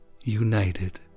united